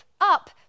up